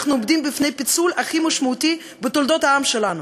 אנחנו עומדים בפני הפיצול הכי משמעותי בתולדות העם שלנו,